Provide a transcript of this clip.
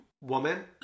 woman